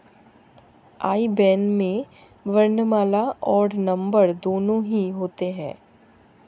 आई ban में वर्णमाला और नंबर दोनों ही होते हैं